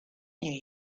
you